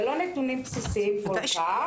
זה לא נתונים בסיסיים כל כך,